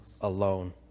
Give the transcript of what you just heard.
alone